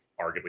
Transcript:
arguably